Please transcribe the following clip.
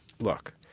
look